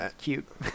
cute